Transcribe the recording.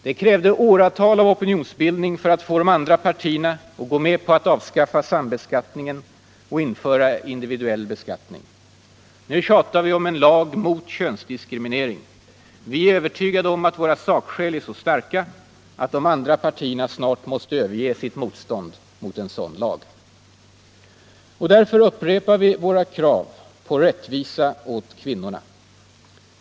Det krävde åratal av opinionsbildning för att få de andra partierna att gå med på att avskaffa sambeskattningen och införa individuell beskattning. Nu tjatar vi om en lag mot könsdiskriminering. Vi är övertygade om att våra sakskäl är så starka att de andra partierna snart måste överge sitt motstånd mot en sådan lag. Därför upprepar vi våra krav på rättvisa åt kvinnorna.